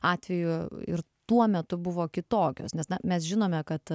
atveju ir tuo metu buvo kitokios nes na mes žinome kad